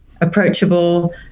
approachable